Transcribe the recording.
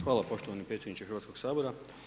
Hvala poštovani predsjedniče Hrvatskog sabora.